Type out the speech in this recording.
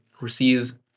receives